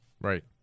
Right